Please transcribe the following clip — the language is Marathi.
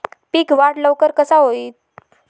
पीक वाढ लवकर कसा होईत?